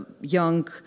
young